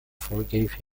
forgave